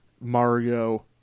Mario